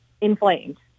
inflamed